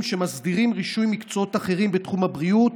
המסדירים רישוי מקצועות אחרים בתחום הבריאות,